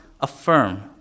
affirm